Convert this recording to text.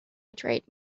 betrayed